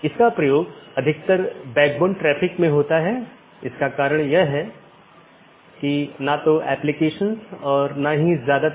इसके बजाय हम जो कह रहे हैं वह ऑटॉनमस सिस्टमों के बीच संचार स्थापित करने के लिए IGP के साथ समन्वय या सहयोग करता है